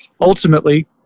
ultimately